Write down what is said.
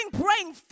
praying